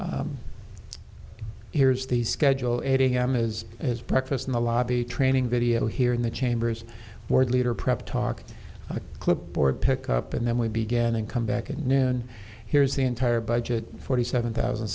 is here's the schedule adding i'm is his breakfast in the lobby training video here in the chambers world leader prep talk a clipboard pick up and then we began and come back in here's the entire budget forty seven thousand